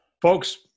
Folks